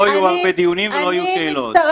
לא יהיו הרבה דיונים ולא יהיו שאלות.